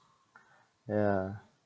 yeah